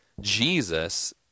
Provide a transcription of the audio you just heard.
Jesus